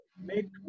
make